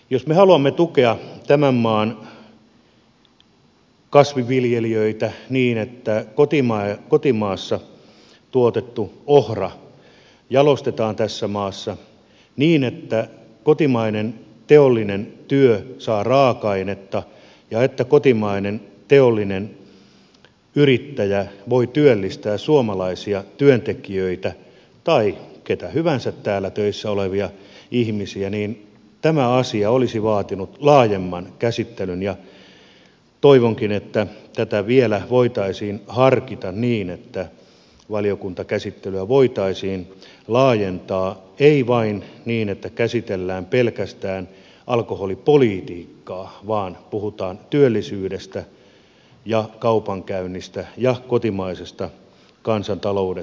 jos me haluamme tukea tämän maan kasvinviljelijöitä niin että kotimaassa tuotettu ohra jalostetaan tässä maassa niin että kotimainen teollinen työ saa raaka ainetta ja että kotimainen teollinen yrittäjä voi työllistää suomalaisia työntekijöitä tai ketä hyvänsä täällä töissä olevia ihmisiä tämä asia olisi vaatinut laajemman käsittelyn ja toivonkin että tätä vielä voitaisiin harkita että valiokuntakäsittelyä voitaisiin laajentaa jotta ei käsiteltäisi pelkästään alkoholipolitiikkaa vaan puhuttaisiin työllisyydestä ja kaupankäynnistä ja kotimaisesta kansantaloudesta